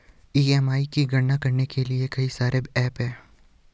EMI की गणना करने के लिए कई सारे एप्प हैं